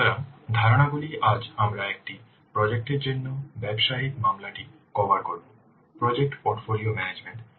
সুতরাং ধারণাগুলি আজ আমরা একটি প্রজেক্ট এর জন্য ব্যবসায়িক মামলাটি কভার করব প্রজেক্ট পোর্টফোলিও ম্যানেজমেন্ট এবং প্রজেক্ট ইভ্যালুয়েশন